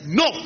no